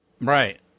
Right